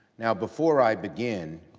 and before i begin,